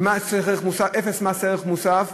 0% מס ערך מוסף,